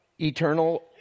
eternal